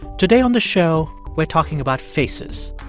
today on the show, we're talking about faces.